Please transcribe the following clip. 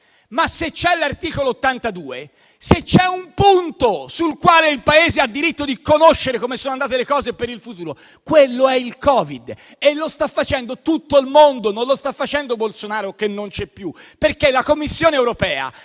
Se però c'è l'articolo 82, se c'è un punto sul quale il Paese ha diritto di conoscere come sono andate le cose per il futuro, quello è il Covid. Lo sta facendo tutto il mondo, non lo sta facendo Bolsonaro che non c'è più. La Commissione europea